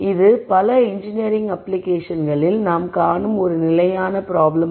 இது பல இன்ஜினியரிங் அப்ளிகேஷன்களில் நாம் காணும் ஒரு நிலையான ப்ராப்ளம்